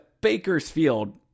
Bakersfield